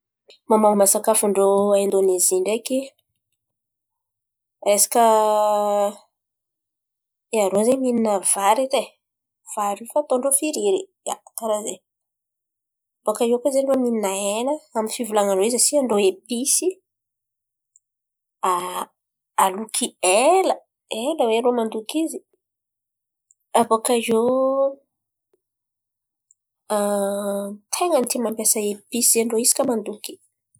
Momba momba sakafon-drô Aindonezy ndreky resaka ia, rô zen̈y mihin̈a vary edy, vary io fo atô ndrô firiry, iakarà zen̈y. Baka iô koa zen̈y irô mihin̈a hen̈a amy ny fivolan̈an-drô asian-drô Episy aloky ela ela oe irô mandoky. Abaka iô ten̈a ny tia mampiasa episy irô isaka mandoky.